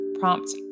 Prompt